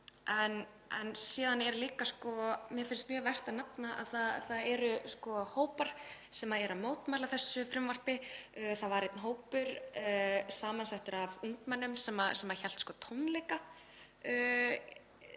vera bagalegt. Mér finnst mjög vert að nefna að það eru hópar sem eru að mótmæla þessu frumvarpi. Það var einn hópur, samansettur af ungmennum, sem hélt tónleika